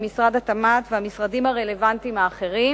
עם משרד התמ"ת ועם המשרדים הרלוונטיים האחרים,